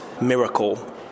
miracle